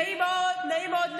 נעים מאוד,